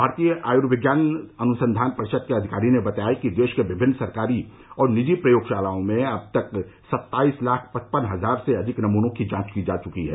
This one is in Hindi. भारतीय आयूर्विज्ञान अनुसंधान परिषद के अधिकारी ने बताया कि देश के विभिन्न सरकारी और निजी प्रयोगशालाओं में अब तक सत्ताईस लाख पचपन हजार से अधिक नमूनों की जांच की जा चुकी है